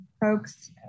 folks